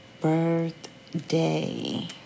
birthday